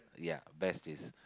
ya besties